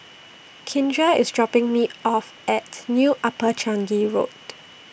Kindra IS dropping Me off At New Upper Changi Road